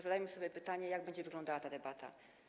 Zadajmy sobie jednak pytanie, jak będzie wyglądała ta debata.